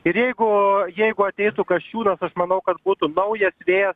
ir jeigu jeigu ateitų kasčiūnas aš manau kad būtų naujas vėjas